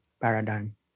paradigm